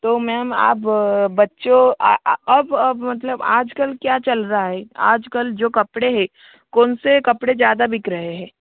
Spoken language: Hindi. तो मैम आप बच्चों अब अब मतलब आज कल क्या चल रहा है आज कल जो कपड़े है कौन से कपड़े ज़्यादा बिक रहे हैं